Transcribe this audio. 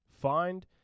find